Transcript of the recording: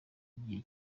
igihe